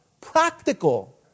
practical